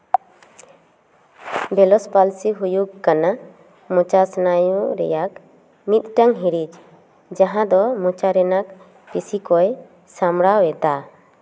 balance ᱯᱟᱹᱨᱥᱤ ᱦᱩᱭᱩᱜ ᱠᱟᱱᱟ ᱢᱚᱪᱟ ᱥᱱᱟᱭᱩ ᱨᱮᱭᱟᱜᱽ ᱢᱤᱫᱴᱟᱝ ᱦᱤᱲᱤᱡᱽ ᱡᱟᱦᱟᱸ ᱫᱚ ᱢᱚᱪᱟ ᱨᱮᱱᱟᱜᱽ ᱠᱤᱥᱤ ᱠᱚᱭ ᱥᱟᱢᱵᱲᱟᱣᱮᱫᱟ